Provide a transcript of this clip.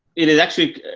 it is actually